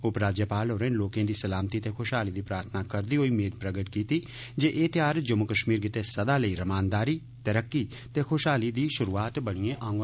उपराज्यपाल होरें लोकें दी सलामती ते खुशहाली दी प्रार्थना करदे होई मेद प्रगट कीती जे एह् ध्यार जम्मू कश्मीर गित्तै सदा लेई रमानदारी तरक्की ते खुशहाली दी शुरूआत बनियै औंगन